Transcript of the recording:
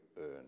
earn